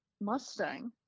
Mustang